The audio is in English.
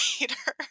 later